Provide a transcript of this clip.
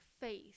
face